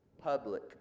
Public